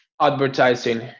Advertising